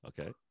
Okay